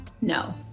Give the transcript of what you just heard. No